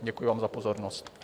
Děkuji vám za pozornost.